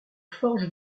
forges